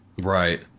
Right